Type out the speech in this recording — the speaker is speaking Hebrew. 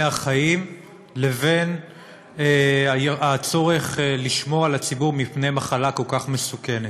החיים לבין הצורך לשמור על הציבור מפני מחלה כל כך מסוכנת.